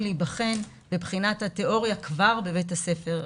להיבחן בבחינת התיאוריה כבר בבית הספר.